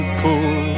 pool